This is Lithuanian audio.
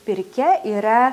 pirkia yra